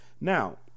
Now